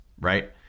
Right